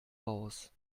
raus